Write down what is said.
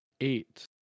Eight